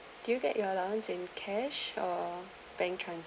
do you get your allowance in cash or bank trans~